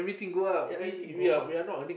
ya everything go out